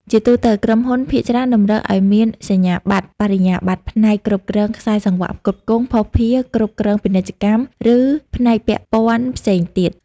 ជាទូទៅ ក្រុមហ៊ុនភាគច្រើនតម្រូវឱ្យមានសញ្ញាបត្របរិញ្ញាបត្រផ្នែក គ្រប់គ្រងខ្សែសង្វាក់ផ្គត់ផ្គង់, ភស្តុភារ , គ្រប់គ្រងពាណិជ្ជកម្ម ឬផ្នែកពាក់ព័ន្ធផ្សេងទៀត។